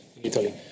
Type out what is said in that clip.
Italy